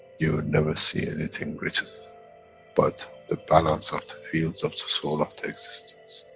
you will never see anything written but the balance of the fields of the soul of the existence.